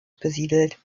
besiedelt